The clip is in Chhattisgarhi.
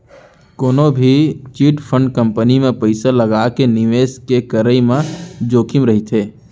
कोनो भी चिटफंड कंपनी म पइसा लगाके निवेस के करई म जोखिम रहिथे